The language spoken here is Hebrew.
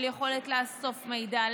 של יכולת לאסוף מידע,